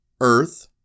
Earth